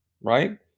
right